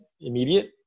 immediate